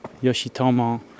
Yoshitomo